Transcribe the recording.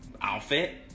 outfit